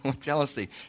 jealousy